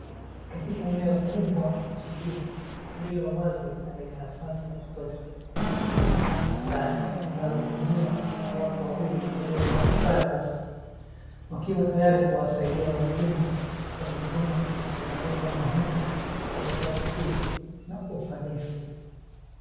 Katika eneo kubwa la kusubiri lililowazi na lenye nafasi ya kutosha, kuna dawati la taarifa linalohudumiwa na watu wawili waliovaa sare rasmi, wakiwa tayari kuwasaidia wageni kwa huduma na taarifa muhimu, kwa utaratibu na ufanisi.